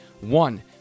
One